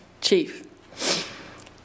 Chief